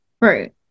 Right